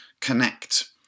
connect